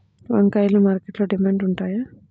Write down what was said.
వంకాయలు మార్కెట్లో డిమాండ్ ఉంటాయా?